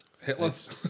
Hitler's